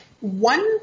one